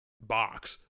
box